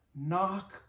knock